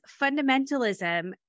fundamentalism